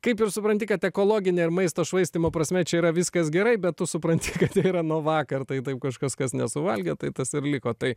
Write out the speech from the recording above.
kaip ir supranti kad ekologine ir maisto švaistymo prasme čia yra viskas gerai bet tu supranti kad tai yra nuo vakar tai taip kažkas kas nesuvalgė tai tas ir liko tai